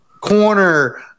corner